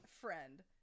friend